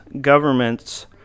governments